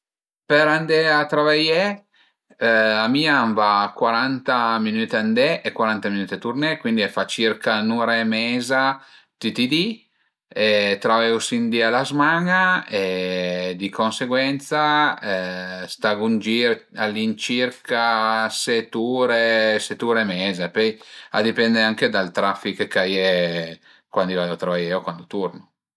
Për andé a travaié a mi a m'va cuaranta minüte a andé e cuaranta minüte a turné, cuindi a fa circa ün'ura e meza tüti i di, travaiu sinc di a la zman-a e di conseguenza stagu ën gir all'incirca set ure set ure e meza e pöi a dipend anche dal trafich ch'a ie cuandi vadu a travaié o cuand turnu